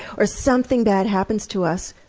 or something that happens to us,